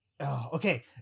Okay